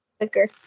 quicker